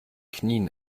knien